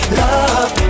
love